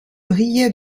brillaient